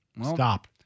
stop